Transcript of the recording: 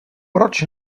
proč